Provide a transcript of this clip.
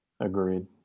Agreed